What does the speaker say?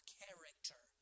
character